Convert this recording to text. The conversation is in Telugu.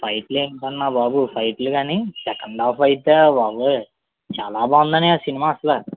ఫైట్లు ఏంటన్న బాబు ఫైట్లు కాని సెకండ్ హాఫ్ అయితే బాబోయి చాలా బాగుంది అన్నయ్య సినిమా అసలు